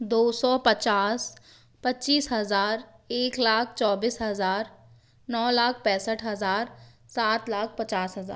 दो सौ पचास पचीस हज़ार एक लाख चौबीस हज़ार नौ लाख पैंसठ हज़ार सात लाख पचास हज़ार